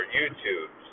YouTube